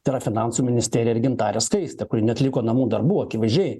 tai yra finansų ministerija ir gintarė skaistė kuri neatliko namų darbų akivaizdžiai